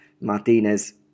Martinez